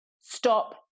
stop